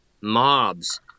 mobs